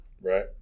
right